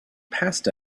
passed